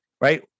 Right